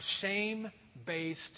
shame-based